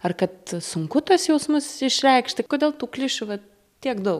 ar kad sunku tuos jausmus išreikšti kodėl tų klišių va tiek daug